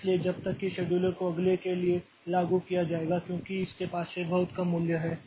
इसलिए जब तक कि शेड्यूलर को अगले के लिए लागू किया जाएगा क्योंकि इसके पास यह सबसे कम मूल्य है